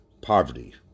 poverty